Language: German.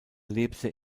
lebte